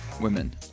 women